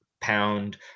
pound